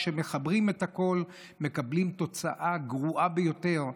כשמחברים את הכול מקבלים תוצאה גרועה ביותר.